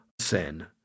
sin